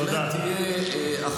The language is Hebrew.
כשתהיה טענה שלא מתמנים שופטים,